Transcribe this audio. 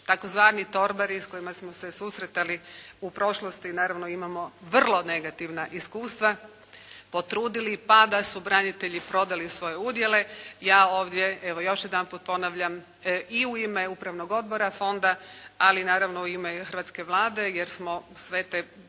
tzv. torbari s kojima smo se susretali u prošlosti naravno imamo vrlo negativna iskustva potrudili, pa da su branitelji prodali svoje udjele. Ja ovdje evo još jedanput ponavljam i u ime Upravnog odbora fonda ali naravno i u ime hrvatske Vlade jer smo sve te